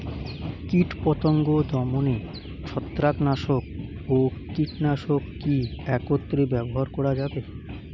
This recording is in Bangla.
কীটপতঙ্গ দমনে ছত্রাকনাশক ও কীটনাশক কী একত্রে ব্যবহার করা যাবে?